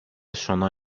sona